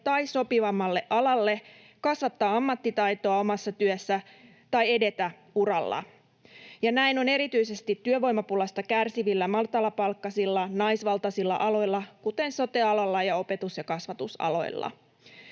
tai sopivammalle alalle, kasvattaa ammattitaitoa omassa työssä tai edetä uralla. Näin on erityisesti työvoimapulasta kärsivillä matalapalkkaisilla naisvaltaisilla aloilla, kuten sote-alalla ja opetus- ja kasvatusaloilla.